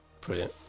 Brilliant